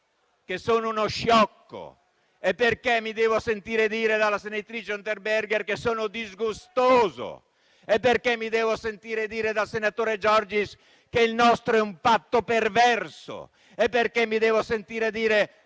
che sono uno sciocco? Perché mi devo sentir dire dalla senatrice Unterberger che sono disgustoso? Perché mi devo sentir dire dal senatore Giorgis che il nostro è un patto perverso? Perché mi devo sentir dire